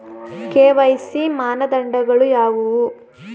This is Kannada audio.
ಕೆ.ವೈ.ಸಿ ಮಾನದಂಡಗಳು ಯಾವುವು?